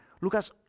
Lucas